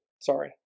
sorry